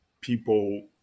people